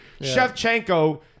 Shevchenko